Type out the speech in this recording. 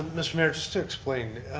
um mr. mayor, just to explain.